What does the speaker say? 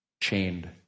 chained